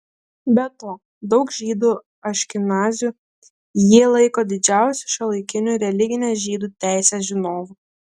be to daug žydų aškenazių jį laiko didžiausiu šiuolaikiniu religinės žydų teisės žinovu